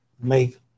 make